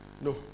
No